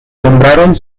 nombraron